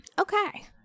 Okay